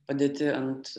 padėti ant